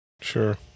Sure